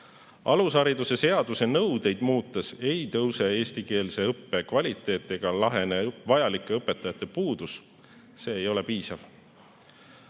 alushariduse seaduse nõudeid muudetakse, ei tõuse eestikeelse õppe kvaliteet ega lahene vajalike õpetajate puudus. See ei ole piisav. Samuti